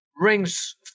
rings